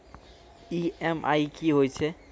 EMI कि होय छै?